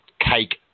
cake